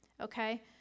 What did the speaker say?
Okay